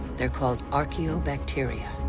they're called archeobacteria.